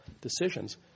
decisions